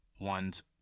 ones